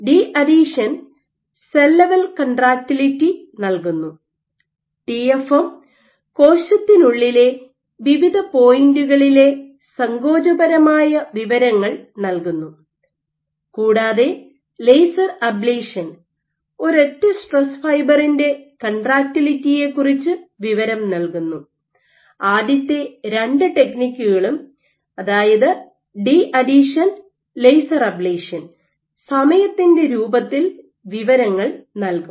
deadhesion cell level contractility നൽകുന്നു TFM കോശത്തിനുള്ളിലെ വിവിധ പോയിന്റുകളിലെ സങ്കോചപരമായ വിവരങ്ങൾ നൽകുന്നു കൂടാതെ ലേസർ അബ്ലേഷൻ ഒരൊറ്റ സ്ട്രെസ് ഫൈബറിന്റെ കൺട്രാക്റ്റിലിറ്റിയെ കുറിച്ച് വിവരം നൽകുന്നു ആദ്യത്തെ രണ്ട് ടെക്നിക്കുകളും അതായത് ഡീഅഥീഷൻ ലേസർ അബ്ലേഷൻ സമയത്തിന്റെ രൂപത്തിൽ വിവരങ്ങൾ നൽകും